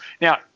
Now